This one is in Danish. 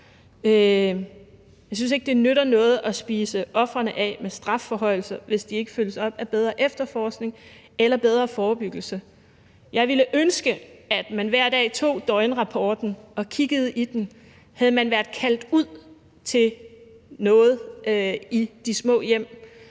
Jeg synes ikke, at det nytter noget at spise ofrene af med strafforhøjelser, hvis de ikke følges op af bedre efterforskning eller bedre forebyggelse. Jeg ville ønske, at man hver dag tog døgnrapporten og kiggede i den og så, om man havde været kaldt ud til noget i de små hjem